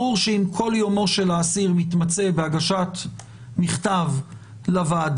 ברור שאם כל יומו של האסיר מתמצה בהגשת מכתב לוועדה,